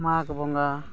ᱢᱟᱜᱽ ᱵᱚᱸᱜᱟ